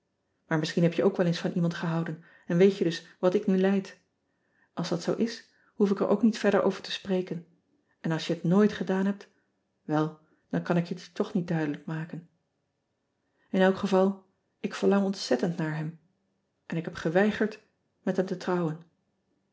aar misschien heb jij ook wel eens van iemand gehouden en weet je dus wat ik nu lijd ls dat zoo is hoef ik er ook niet verder over te spreken en als ja het nooit ean ebster adertje angbeen gedaan hebt wel dan kan ik het je toch niet duidelijk maken n elk geval ik verlang ontzettend naar hem n ik heb geweigerd met hem te